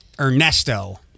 Ernesto